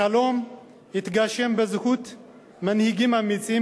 החלום התגשם בזכות מנהיגים אמיצים,